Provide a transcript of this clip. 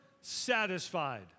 satisfied